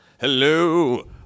Hello